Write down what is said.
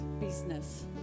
business